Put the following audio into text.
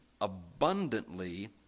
abundantly